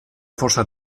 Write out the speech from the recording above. força